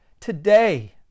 Today